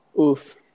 Oof